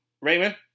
Raymond